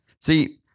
See